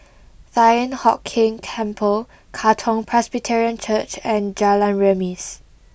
Thian Hock Keng Temple Katong Presbyterian Church and Jalan Remis